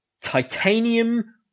titanium